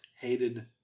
hated